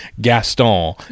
gaston